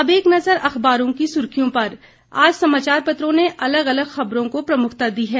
अब एक नजर अखबारों की सुर्खियों पर आज समाचार पत्रों ने अलग अलग खबरों को प्रमुखता दी है